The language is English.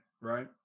right